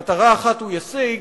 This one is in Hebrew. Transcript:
מטרה אחת הוא ישיג,